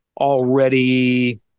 already